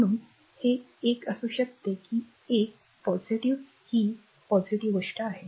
म्हणून हे एक असू शकते ही एक ही गोष्ट आहे